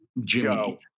Jimmy